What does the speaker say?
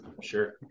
sure